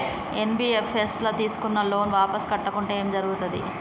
NBFS ల తీస్కున్న loan వాపస్ కట్టకుంటే ఏం జర్గుతది?